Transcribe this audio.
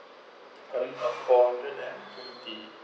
four hundred and fifty